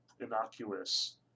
innocuous